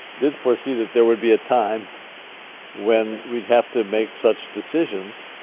did foresee that there would be a time when we would have to make such decisions.